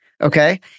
okay